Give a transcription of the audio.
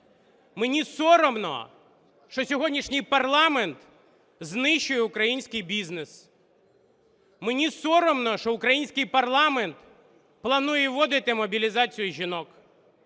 Мені соромно, що сьогоднішній парламент знищує український бізнес. Мені соромно, що український парламент планує вводити мобілізацію жінок.